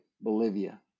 Bolivia